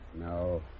No